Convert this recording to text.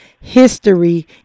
history